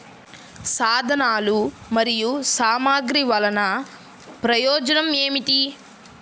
సాధనాలు మరియు సామగ్రి వల్లన ప్రయోజనం ఏమిటీ?